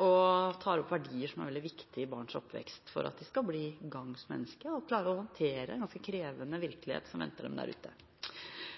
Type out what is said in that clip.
og tar opp verdier som er veldig viktige i barns oppvekst for at de skal bli gangs mennesker og klare å håndtere en ganske krevende virkelighet som venter dem der ute.